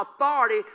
authority